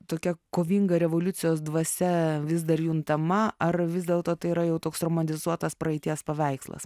tokia kovinga revoliucijos dvasia vis dar juntama ar vis dėlto tai yra jau toks romantizuotas praeities paveikslas